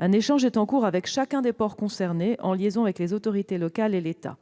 Un échange est en cours avec chacun des ports concernés, en liaison avec les autorités locales et l'État.